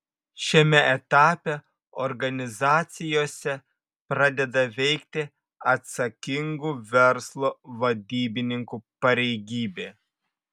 šiame etape organizacijose pradeda veikti atsakingų verslo vadybininkų pareigybė